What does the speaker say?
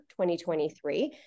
2023